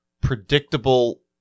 predictable